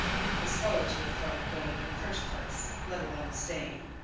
it was folly to have thought of going in the first place, let alone staying.